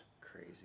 Crazy